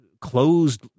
closed